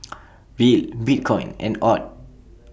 Riel Bitcoin and Aud